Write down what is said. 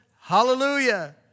hallelujah